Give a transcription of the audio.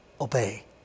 obey